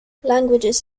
languages